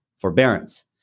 forbearance